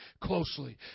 closely